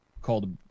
called